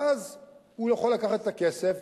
ואז הוא יכול לקחת את הכסף,